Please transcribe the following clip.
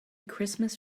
christmas